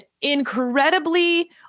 incredibly